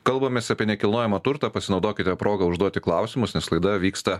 kalbamės apie nekilnojamą turtą pasinaudokite proga užduoti klausimus nes laida vyksta